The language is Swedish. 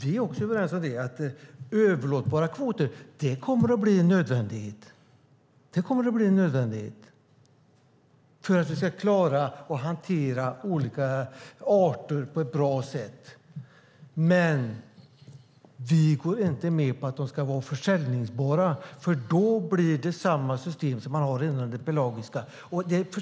Vi håller med om att överlåtbara kvoter kommer att bli en nödvändighet för att vi ska kunna hantera olika arter på ett bra sätt. Men vi går inte med på att de ska vara säljbara, för då blir det samma system som man har inom det pelagiska fisket.